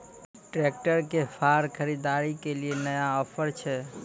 Tractor के फार खरीदारी के लिए नया ऑफर छ?